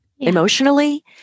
emotionally